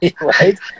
right